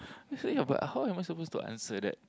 I say ya but how am I suppose to answer that